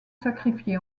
sacrifiés